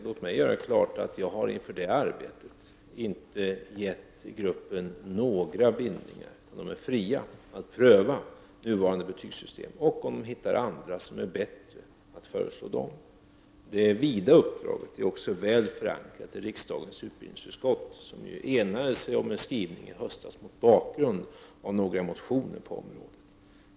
Låt mig göra klart att jag inför det arbetet inte gett arbetsgruppen några bindningar. Gruppen är fri att pröva nuvarande betygssystem och, om den hittar andra bättre, föreslå dem. Det vida uppdraget är också väl förankrat i riksdagens utbildningsutskott, som enade sig om en skrivning i höstas mot bakgrund av några motioner på området.